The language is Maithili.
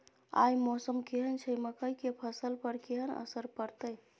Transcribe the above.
आय मौसम केहन छै मकई के फसल पर केहन असर परतै?